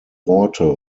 worte